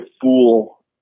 fool